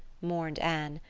mourned anne.